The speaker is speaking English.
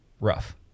rough